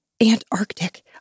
Antarctic